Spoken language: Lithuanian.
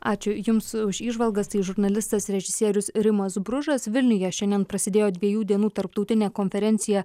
ačiū jums už įžvalgas tai žurnalistas režisierius rimas bružas vilniuje šiandien prasidėjo dviejų dienų tarptautinė konferencija